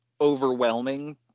overwhelming